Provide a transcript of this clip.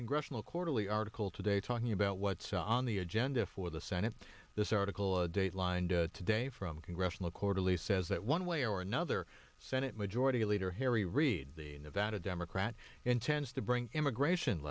congressional quarterly article today talking about what's on the agenda for the senate this article datelined today from congressional quarterly says that one way or another senate majority leader harry reid the nevada democrat intends to bring immigration